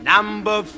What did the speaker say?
Number